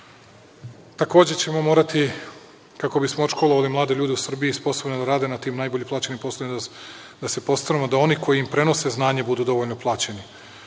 ćemo morati kako bi smo odškolovali mlade ljude u Srbiji sposobne da rade na tim najbolje plaćenim poslovima, da se postaramo da oni koji im prenose znanje budu dovoljno plaćeni.